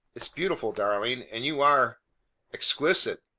it is beautiful, darling, and you are exquisite!